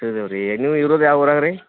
ಶ್ರೀದೇವಿ ರೀ ನೀವು ಇರೋದ್ ಯಾವ ಊರಾಗೆ ರೀ